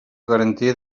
garantia